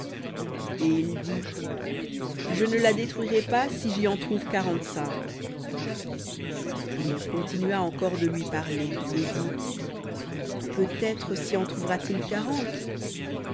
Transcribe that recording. et il dit je ne la détruirai pas si j'y en trouve quarante-cinq et il continua encore de lui parler et dit peut-être s'y en trouvera-t-il quarante